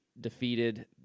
defeated